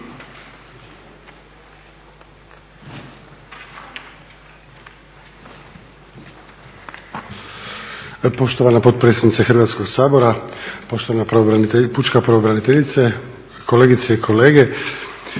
Poštovana potpredsjednice Hrvatskog sabora, poštovana pučka pravobraniteljice, kolegice i kolege.